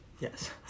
Yes